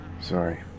Sorry